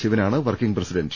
ശിവനാണ് working president